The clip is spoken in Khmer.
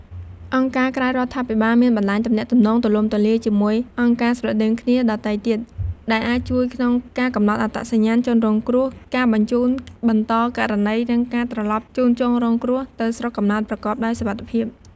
អង្គការក្រៅរដ្ឋាភិបាលមានបណ្ដាញទំនាក់ទំនងទូលំទូលាយជាមួយអង្គការស្រដៀងគ្នាដទៃទៀត ដែលអាចជួយក្នុងការកំណត់អត្តសញ្ញាណជនរងគ្រោះ ការបញ្ជូនបន្តករណី និងការត្រឡប់ជូនជនរងគ្រោះទៅស្រុកកំណើតប្រកបដោយសុវត្ថិភាព។